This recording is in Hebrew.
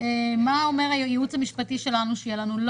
מה אומר הייעוץ המשפטי שלנו, שיהיה לנו.